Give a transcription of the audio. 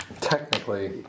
Technically